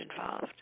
involved